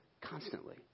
Constantly